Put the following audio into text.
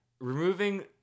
removing